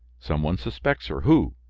some one suspects her who?